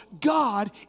God